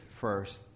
first